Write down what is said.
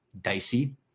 dicey